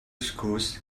schools